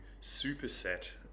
superset